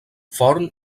forn